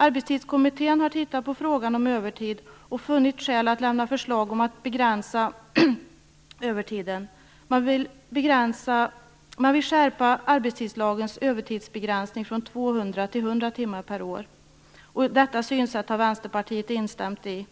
Arbetstidskommittén har tittat på frågan om övertid och funnit skäl att lämna förslag om att begränsa övertiden. Man vill skärpa arbetstidslagens övertidsbegränsning från 200 till 100 timmar per år. Detta synsätt har Vänsterpartiet instämt i,